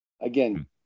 Again